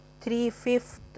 three-fifth